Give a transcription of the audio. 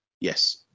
Yes